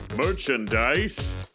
Merchandise